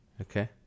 Okay